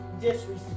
disrespect